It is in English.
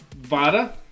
Vada